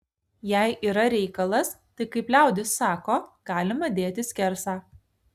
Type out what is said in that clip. jei yra reikalas tai kaip liaudis sako galima dėti skersą